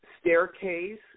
staircase